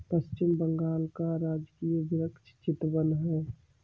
पश्चिम बंगाल का राजकीय वृक्ष चितवन है